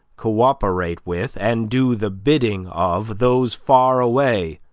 co-operate with, and do the bidding of, those far away,